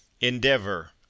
Endeavor